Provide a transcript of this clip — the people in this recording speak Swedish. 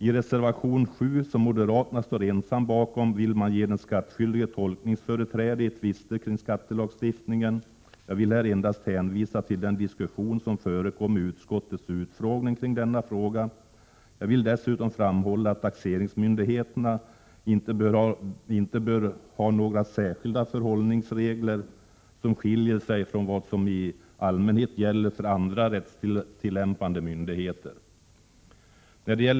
I reservation 7, som moderaterna ensamma står för, vill man ge den skattskyldige tolkningsföreträde i tvister kring skattelagstiftningen. Låt mig endast hänvisa till den diskussion som förekom vid utfrågningen i utskottet kring denna fråga. Jag vill dessutom framhålla att taxeringsmyndigheterna inte bör ges några särskilda förhållningsregler, som skiljer sig från de regler som i allmänhet gäller vid andra rättstillämpande myndigheter.